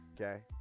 Okay